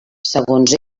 segons